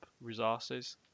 resources